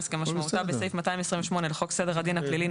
כמשמעותה בסעיף 228 לחוק סדר הדין הפלילי ,